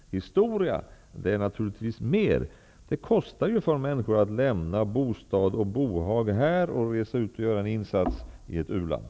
Det är naturligtvis mer än så. Det kostar för människor att lämna bostad och bohag här och att resa ut till ett u-land för att göra en insats där.